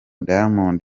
diamond